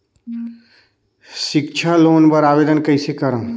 सिक्छा लोन बर आवेदन कइसे करव?